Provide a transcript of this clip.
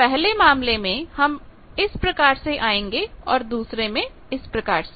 पहले मामले में हम इस प्रकार से आएंगे और दूसरे में इस प्रकार से